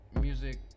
music